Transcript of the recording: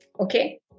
Okay